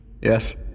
Yes